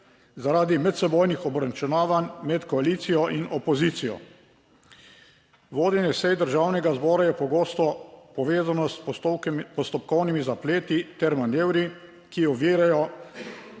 zaradi medsebojnih obračunavanj med koalicijo in opozicijo. Vodenje sej Državnega zbora je pogosto povezano s postopkovnimi zapleti ter manevri, ki ovirajo